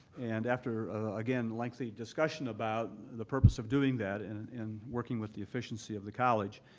and after, again, lengthy discussion about the purpose of doing that and and and working with the efficiency of the college,